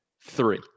three